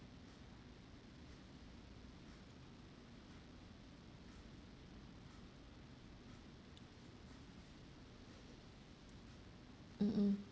mm mm